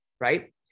Right